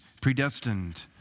predestined